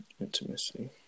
Intimacy